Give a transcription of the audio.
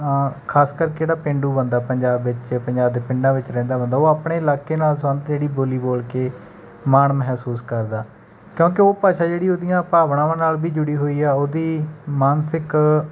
ਖਾਸ ਕਰਕੇ ਜਿਹੜਾ ਪੇਂਡੂ ਬੰਦਾ ਪੰਜਾਬ ਵਿੱਚ ਪੰਜਾਬ ਦੇ ਪਿੰਡਾਂ ਵਿੱਚ ਰਹਿੰਦਾ ਬੰਦਾ ਉਹ ਆਪਣੇ ਇਲਾਕੇ ਨਾਲ ਸੰਬੰਧਿਤ ਜਿਹੜੀ ਬੋਲੀ ਬੋਲ ਕੇ ਮਾਣ ਮਹਿਸੂਸ ਕਰਦਾ ਕਿਉਂਕਿ ਉਹ ਭਾਸ਼ਾ ਜਿਹੜੀ ਉਹਦੀਆਂ ਭਾਵਨਾਵਾਂ ਨਾਲ ਵੀ ਜੁੜੀ ਹੋਈ ਹੈ ਉਹਦੀ ਮਾਨਸਿਕ